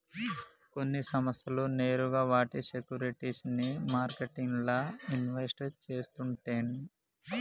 కొన్ని సంస్థలు నేరుగా వాటి సేక్యురిటీస్ ని మార్కెట్లల్ల ఇన్వెస్ట్ చేస్తుండే